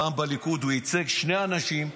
פעם בליכוד הוא ייצג שני אנשים,